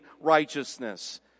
righteousness